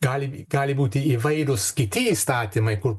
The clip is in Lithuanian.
gali gali būti įvairūs kiti įstatymai kur